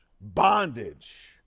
bondage